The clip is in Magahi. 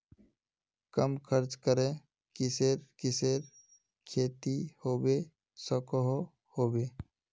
कम खर्च करे किसेर किसेर खेती होबे सकोहो होबे?